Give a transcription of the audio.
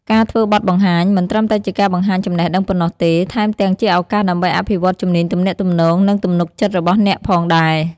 ការធ្វើបទបង្ហាញ មិនត្រឹមតែជាការបង្ហាញចំណេះដឹងប៉ុណ្ណោះទេ ថែមទាំងជាឱកាសដើម្បីអភិវឌ្ឍជំនាញទំនាក់ទំនង និងទំនុកចិត្តរបស់អ្នកផងដែរ។